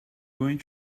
going